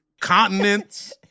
continents